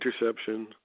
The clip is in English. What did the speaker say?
interception